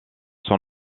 son